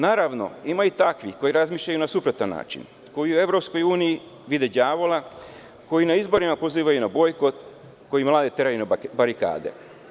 Naravno, ima i takvih koji razmišljaju na suprotan način, koji u EU vide đavola, koji u izborima pozivaju na bojkot, koji teraju na barikade.